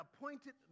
appointed